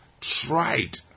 tried